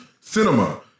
cinema